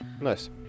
nice